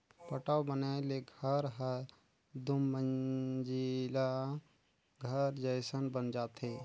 पटाव बनाए ले घर हर दुमंजिला घर जयसन बन जाथे